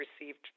received